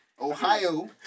Ohio